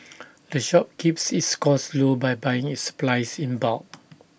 the shop keeps its costs low by buying its supplies in bulk